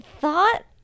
thought